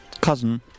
cousin